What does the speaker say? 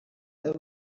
there